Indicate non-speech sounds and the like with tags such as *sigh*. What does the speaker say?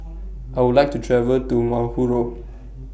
I Would like to travel to *unintelligible*